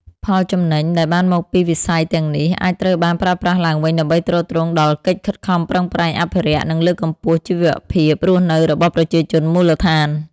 ផលចំណេញដែលបានមកពីវិស័យទាំងនេះ អាចត្រូវបានប្រើប្រាស់ឡើងវិញដើម្បីទ្រទ្រង់ដល់កិច្ចខិតខំប្រឹងប្រែងអភិរក្ស និងលើកកម្ពស់ជីវភាពរស់នៅរបស់ប្រជាជនមូលដ្ឋាន។